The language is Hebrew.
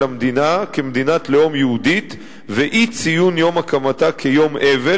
המדינה כמדינת לאום יהודית ואי-ציון יום הקמתה כיום אבל,